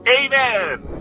Amen